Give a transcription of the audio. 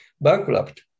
bankrupt